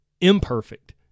imperfect